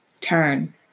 turn